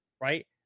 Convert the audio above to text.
Right